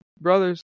brothers